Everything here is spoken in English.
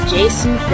Jason